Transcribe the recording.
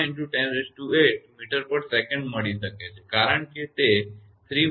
5 × 108 mtsec મળી શકે છે કારણ કે તે 32 કે જે 1